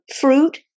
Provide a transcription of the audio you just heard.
Fruit